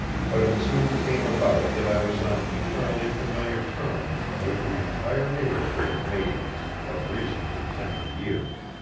but it soon came about that i was on paternally familiar terms with the entire neighborhood of maidens of reasonably tender years,